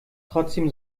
trotzdem